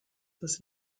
was